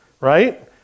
right